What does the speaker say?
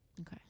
Okay